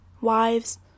wives